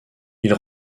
ils